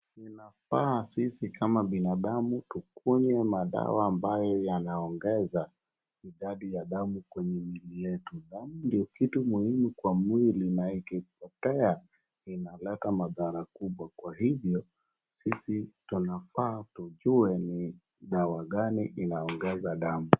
Inafaa sisi kama binadamu tukunywe madawa ambayo yanongeza idadi ya damu kwenye mili yetu. Damu ndiyo kitu muhimu kwa mwili na ikipotea inaleta madhara kubwa kwa hivyo sisi tunafaa tujue ni dawa gani inaongeza damu.